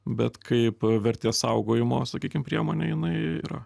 bet kaip vertės saugojimo sakykim priemonei jinai yra